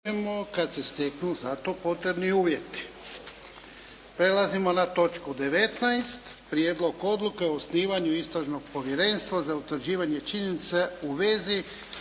**Jarnjak, Ivan (HDZ)** Prelazimo na točku 19. - Prijedlog odluke o osnivanju Istražnog povjerenstva za utvrđivanje činjenica u vezi